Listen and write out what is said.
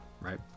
right